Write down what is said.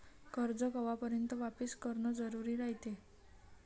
कर्ज कवापर्यंत वापिस करन जरुरी रायते?